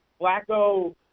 Blacko